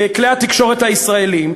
בכלי התקשורת הישראליים,